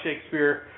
Shakespeare